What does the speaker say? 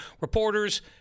reporters